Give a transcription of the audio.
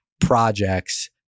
projects